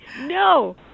No